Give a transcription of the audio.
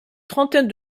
trentaine